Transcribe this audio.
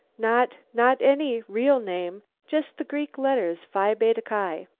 not not any real name just the greek letters, phi beta ki.